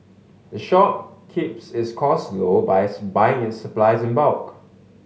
the shop keeps its costs low by buying its supplies in bulk